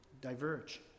diverge